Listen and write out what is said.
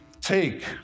take